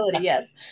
yes